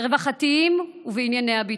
רווחתיים ובענייני הביטחון.